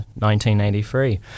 1983